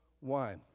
wine